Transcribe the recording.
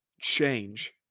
change